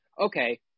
okay